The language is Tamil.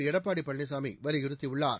எடப்பாடி பழனிசாமி வலியுறுத்தியுள்ளார்